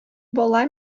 бала